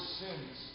sins